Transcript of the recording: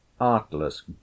artless